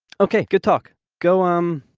okay, good talk. go, um.